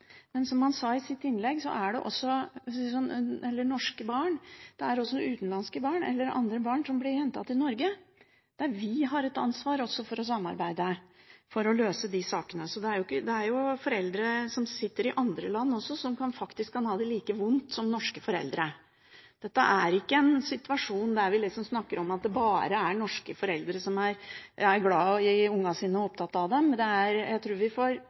Men som han sa i sitt innlegg, er det også utenlandske barn eller andre barn som blir hentet til Norge, der vi har et ansvar for å samarbeide for å løse de sakene. Det er foreldre som sitter i andre land også som kan ha det like vondt som norske foreldre. Dette er ikke en situasjon der vi snakker om at det bare er norske foreldre som er glad i ungene sine og er opptatt av dem. Jeg tror vi får